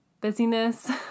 busyness